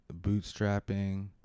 bootstrapping